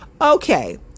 Okay